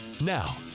Now